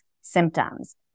symptoms